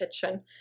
kitchen